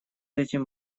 этим